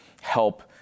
help